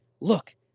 look